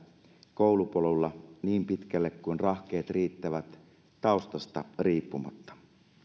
koulupolulla niin pitkälle kuin rahkeet riittävät taustasta riippumatta